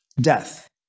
Death